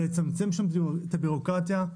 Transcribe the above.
לצמצם בהם את הבירוקרטיה.